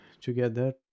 together